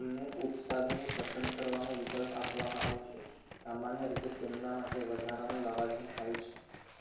તમને ઉપસાધનો પસંદ કરવાનો વિકલ્પ આપવામાં આવશે સામાન્ય રીતે તેમના માટે વધારાનું લવાજમ હોય છે